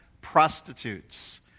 prostitutes